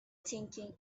thinking